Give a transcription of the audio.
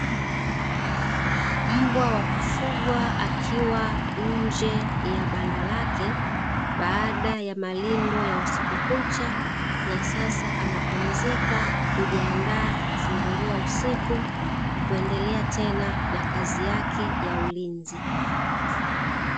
Mbwa wakufugwa akiwa nje ya banda lake baada ya malindo ya usiku kucha nasasa anapumzika, kujiandaa kufungiliwa usiku kuendelea tena na kazi yake ya ulinzi.